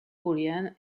julián